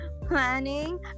planning